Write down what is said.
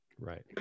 Right